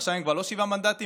עכשיו הם כבר לא שבעה מנדטים,